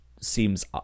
seems